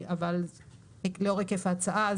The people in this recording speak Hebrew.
ולאור היקף ההצעה,